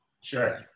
Sure